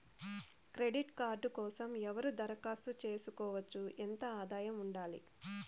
Credit card కోసం ఎవరు దరఖాస్తు చేసుకోవచ్చు? ఎంత ఆదాయం ఉండాలి?